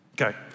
Okay